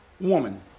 woman